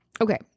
Okay